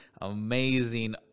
amazing